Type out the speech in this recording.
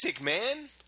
man